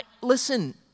listen